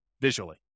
visually